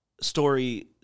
story